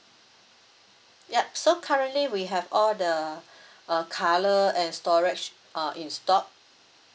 yup so currently we have all the uh colour and storage uh in stock